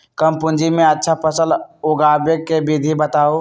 कम पूंजी में अच्छा फसल उगाबे के विधि बताउ?